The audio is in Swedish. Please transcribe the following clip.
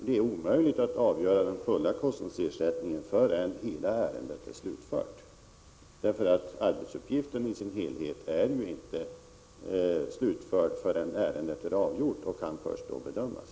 Det är omöjligt att slutgiltigt avgöra frågan om kostnadsersättningen förrän hela ärendet är avgjort. Arbetsuppgiften i dess helhet är ju inte slutförd förrän ärendet är avgjort och kan först då bedömas.